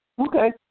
Okay